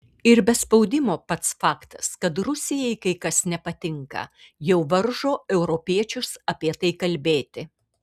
ir be spaudimo pats faktas kad rusijai kai kas nepatinka jau varžo europiečius apie tai kalbėti